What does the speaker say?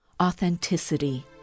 authenticity